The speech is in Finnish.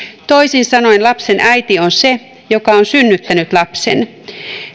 toisin sanoen lapsen äiti on se joka on synnyttänyt lapsen